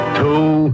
two